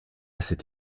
cette